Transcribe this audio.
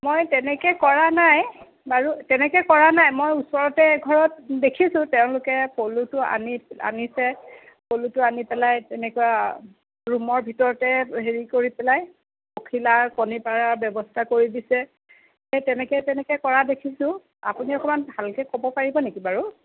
মই তেনেকৈ কৰা নাই বাৰু তেনেকৈ কৰা নাই মই ওচৰতে এঘৰত দেখিছো তেওঁলোকে পলুটো আনি আনিছে পলুটো আনি পেলাই তেনেকুৱা ৰুমৰ ভিতৰতে হেৰি কৰি পেলাই পখিলাৰ কণী পাৰাৰ ব্যৱস্থা কৰি দিছে সেই তেনেকৈ তেনেকৈ কৰা দেখিছো আপুনি অকণমান ভালকৈ ক'ব পাৰিব নেকি বাৰু